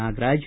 Nagaraj